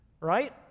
Right